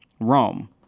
Rome